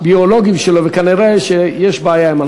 הביולוגיים שלו, וכנראה שיש בעיה עם הנושא הזה.